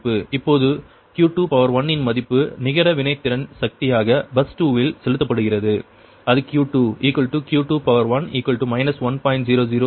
இப்போது Q21 இன் மதிப்பு நிகர வினைத்திறன் சக்தியாக பஸ் 2 இல் செலுத்தப்படுகிறது அது Q2 Q21 1